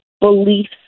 beliefs